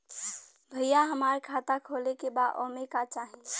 भईया हमार खाता खोले के बा ओमे का चाही?